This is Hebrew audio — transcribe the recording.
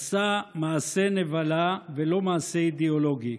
עשה מעשה נבלה ולא מעשה אידיאולוגי.